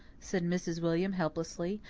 said mrs. william helplessly.